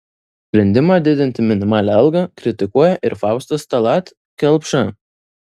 sprendimą didinti minimalią algą kritikuoja ir faustas tallat kelpša